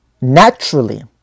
naturally